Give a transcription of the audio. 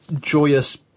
joyous